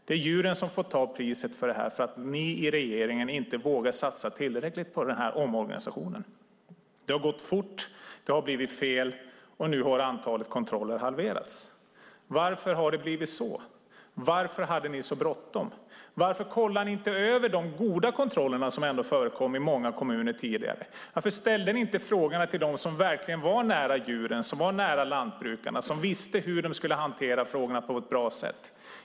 Det är djuren som får betala priset för detta för att ni i regeringen inte vågar satsa tillräckligt på omorganisationen. Det har gått fort, och det har blivit fel. Nu har antalet kontroller halverats. Varför har det blivit så? Varför hade ni så bråttom? Varför tittade ni inte på de goda kontroller som ändå förekom i många kommuner tidigare? Varför ställde ni inte frågorna till dem verkligen var nära djuren och lantbrukarna och visste hur de skulle hantera frågorna på ett bra sätt?